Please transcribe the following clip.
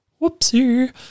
Whoopsie